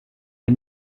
les